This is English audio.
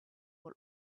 will